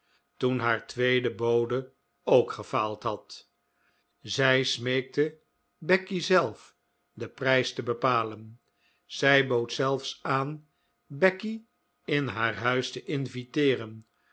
toen haar tweede bode ook gefaald had zij smeekte becky zelf den prijs te bepalen zij bood zelfs aan becky in haar huis te inviteeren